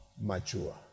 mature